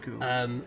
cool